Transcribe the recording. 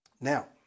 Now